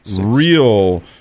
real